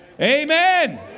Amen